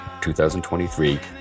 2023